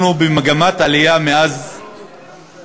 אנחנו במגמת עלייה, מאז 2013,